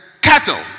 cattle